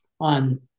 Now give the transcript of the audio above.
on